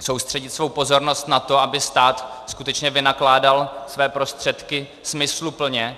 soustředit svou pozornost na to, aby stát skutečně vynakládal své prostředky smysluplně.